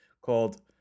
called